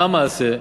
מה המעשה?